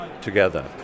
together